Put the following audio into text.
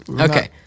okay